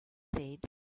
said